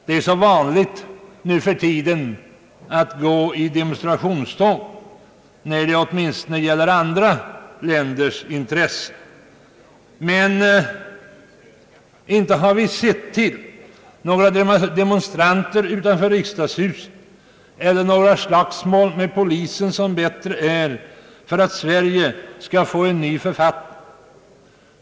Det är så vanligt nu för tiden att gå i demonstrationståg, åtminstone när det gäller andra länders intressen, men vi har inte sett till några demonstranter utanför riksdagshuset, och dess bättre inte heller några slagsmål med polisen för att Sverige skall få en ny författning.